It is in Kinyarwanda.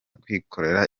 kwikorera